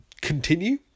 continue